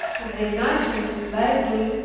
if their nature is lively,